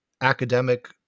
academic